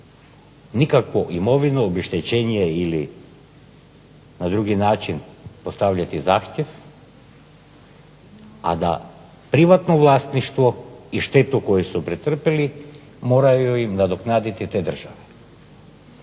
nikakvu imovinu, obeštećenje ili na drugi način postavljati zahtjev, a da privatno vlasništvo i štetu koju su pretrpili moraju im nadoknaditi te države.